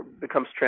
becomes